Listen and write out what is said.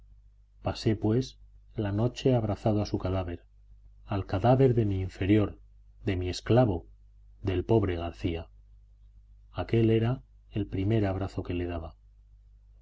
pasé pues la noche abrazado a un cadáver al cadáver de mi inferior de mi esclavo del pobre garcía aquél era el primer abrazo que le daba